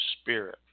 Spirit